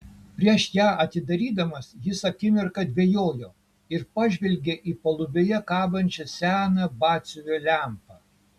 prieš ją atidarydamas jis akimirką dvejojo ir pažvelgė į palubėje kabančią seną batsiuvio lempą